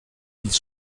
ils